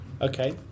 Okay